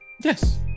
Yes